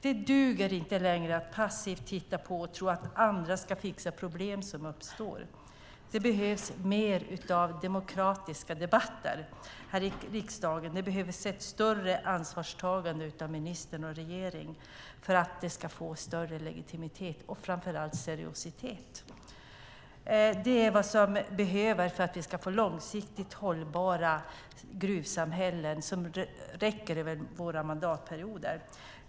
Det duger inte längre att passivt titta på och tro att andra ska fixa problem som uppstår. Det behövs mer av demokratiska debatter här i riksdagen. Det behövs ett större ansvarstagande från ministern och regeringen för att det ska få större legitimitet och framför allt seriositet. Det är vad som behövs för att vi ska få långsiktigt hållbara gruvsamhällen som räcker över våra mandatperioder.